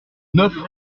neuf